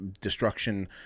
destruction